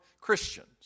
Christians